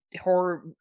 horror